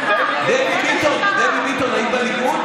דבי ביטון, היית בליכוד?